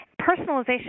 Personalization